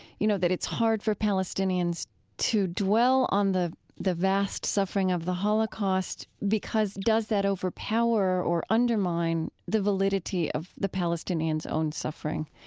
you know, that it's hard for palestinians to dwell on the the vast suffering of the holocaust because does that overpower or undermine the validity of the palestinians' own suffering?